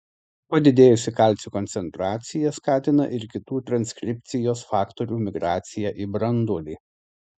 padidėjusi kalcio koncentracija skatina ir kitų transkripcijos faktorių migraciją į branduolį